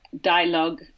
dialogue